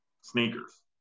sneakers